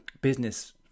business